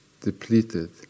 depleted